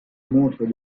montrent